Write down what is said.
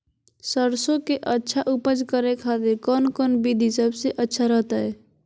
सरसों के अच्छा उपज करे खातिर कौन कौन विधि सबसे अच्छा रहतय?